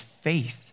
faith